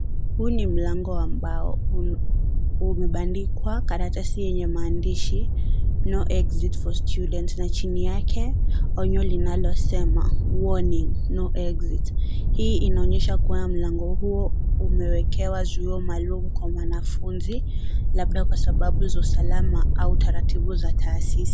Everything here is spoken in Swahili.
Huu ni mlango wa mbao. Unabandikwa karatasi yenye maandishi no exit for student na chini yake onyo linalosema warning no exit . Hii inaonyesha kuwa mlango huo umewekewa zuo maalum kwa mwanafunzi labda kwa sababu za usalama au taratibu za taasisi.